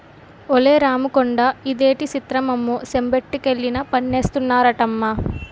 ఒలే రాముకొండా ఇదేటి సిత్రమమ్మో చెంబొట్టుకెళ్లినా పన్నేస్తారటమ్మా